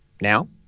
now